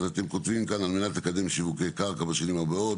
אז אתם כותבים כאן על מנת לקדם שיווקי קרקע בשנים הבאות,